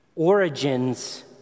Origins